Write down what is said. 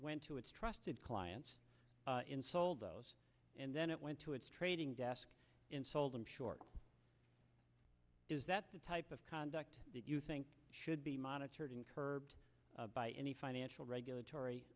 went to its trusted clients in sold those and then it went to its trading desk and sold them short is that the type of conduct that you think should be monitored encouraged by any financial regulatory